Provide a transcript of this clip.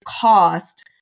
cost